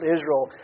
Israel